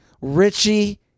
Richie